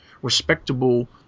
respectable